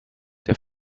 der